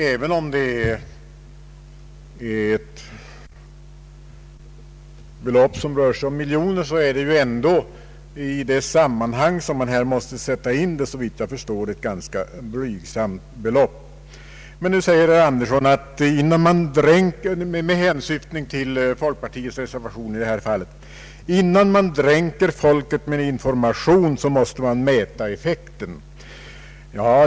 Även om anslaget totalt rör sig om miljoner är beloppet ändå, för det ändamål där det skall användas, såvitt jag förstår ganska blygsamt. Nu säger herr Andersson, med hänsyftning på folkpartiets reservation vid denna punkt: Innan man dränker folket i information måste man mäta effekten.